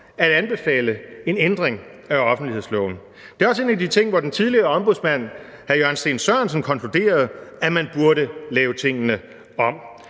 at anbefale en ændring af offentlighedsloven. Det er også et af de steder, hvor den tidligere ombudsmand hr. Jørgen Steen Sørensen konkluderede, at man burde lave tingene om.